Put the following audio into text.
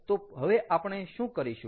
તો હવે આપણે શું કરીશું